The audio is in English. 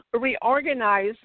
reorganize